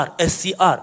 SCR